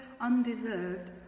undeserved